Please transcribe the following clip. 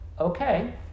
okay